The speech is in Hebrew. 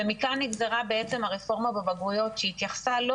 ומכאן נגזרה בעצם הרפורמה בבגרויות שהתייחסה לא